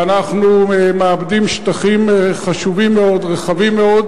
ואנחנו מאבדים שטחים חשובים מאוד, רחבים מאוד,